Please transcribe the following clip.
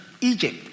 Egypt